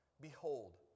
behold